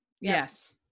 Yes